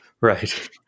Right